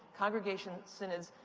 congregations, synods,